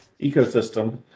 ecosystem